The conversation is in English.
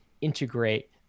integrate